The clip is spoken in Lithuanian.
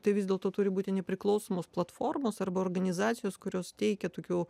tai vis dėlto turi būti nepriklausomos platformos arba organizacijos kurios teikia tokių